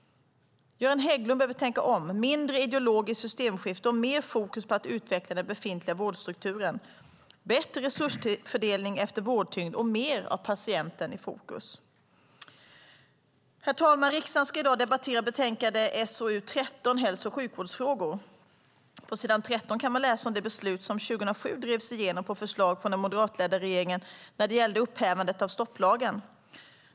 Göran Hägglund behöver tänka om - mindre ideologiskt systemskifte och mer fokus på att utveckla den befintliga vårdstrukturen, bättre resursfördelning efter vårdtyngd och mer av patienten i fokus. Herr talman! Riksdagen ska i dag debattera betänkande SoU13, Hälso och sjukvårdsfrågor . På s. 13 kan man läsa om det beslut som 2007 drevs igenom på förslag från den moderatledda regeringen när det gäller upphävandet av stopplagen.